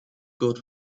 good